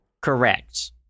Correct